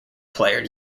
player